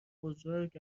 بزرگ